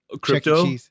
Crypto